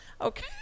Okay